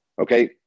okay